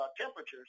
temperatures